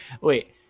Wait